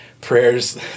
prayers